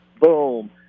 Boom